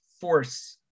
force